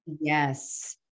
Yes